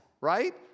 right